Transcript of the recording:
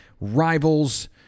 rivals